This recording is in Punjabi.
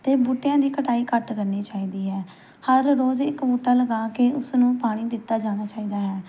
ਅਤੇ ਬੂਟਿਆਂ ਦੀ ਕਟਾਈ ਘੱਟ ਕਰਨੀ ਚਾਹੀਦੀ ਹੈ ਹਰ ਰੋਜ਼ ਇੱਕ ਬੂਟਾ ਲਗਾ ਕੇ ਉਸਨੂੰ ਪਾਣੀ ਦਿੱਤਾ ਜਾਣਾ ਚਾਹੀਦਾ ਹੈ